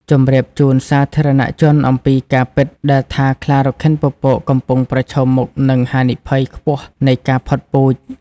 ជម្រាបជូនសាធារណជនអំពីការពិតដែលថាខ្លារខិនពពកកំពុងប្រឈមមុខនឹងហានិភ័យខ្ពស់នៃការផុតពូជ។